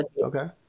Okay